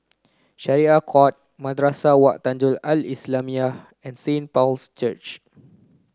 Syariah Court Madrasah Wak Tanjong Al Islamiah and Saint Paul's Church